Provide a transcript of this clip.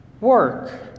Work